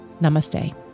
Namaste